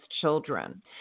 children